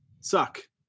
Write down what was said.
suck